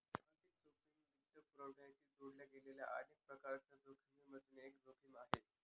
आर्थिक जोखिम वित्तपुरवठ्याशी जोडल्या गेलेल्या अनेक प्रकारांच्या जोखिमिमधून एक जोखिम आहे